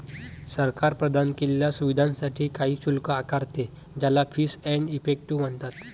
सरकार प्रदान केलेल्या सुविधांसाठी काही शुल्क आकारते, ज्याला फीस एंड इफेक्टिव म्हणतात